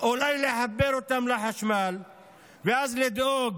אולי לחבר אותם לחשמל ואז לדאוג